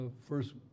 first